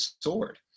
sword